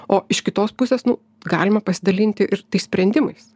o iš kitos pusės nu galima pasidalinti ir tais sprendimais